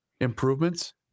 improvements